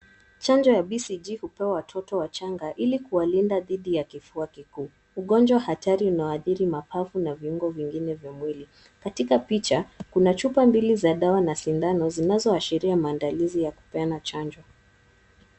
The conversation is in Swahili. Chanjo ya BCG hupewa watoto wachanga ili kuwalinda dhidi ya kifua kikuu. Ugonjwa hatari unaoadhiri mapafu na viungo vingine vya mwili. Katika picha, kuna chupa mbili za dawa na sindano zinazoashiria maandalizi ya kupeana chanjo.